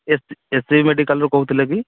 S SI ମେଡ଼ିକାଲରୁ କହୁଥୁଲେ କି